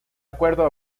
acuerdo